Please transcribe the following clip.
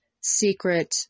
secret